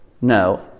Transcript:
No